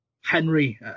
Henry